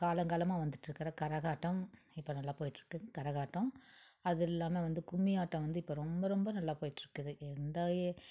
காலங்காலமாக வந்துகிட்ருக்குற கரகாட்டம் இப்போ நல்லா போயிகிட்ருக்கு கரகாட்டம் அதுல்லாமல் வந்து கும்மியாட்டம் வந்து இப்போ ரொம்ப ரொம்ப நல்லா போயிகிட்ருக்குது எந்த